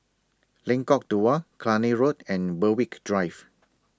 Lengkong Dua Cluny Road and Berwick Drive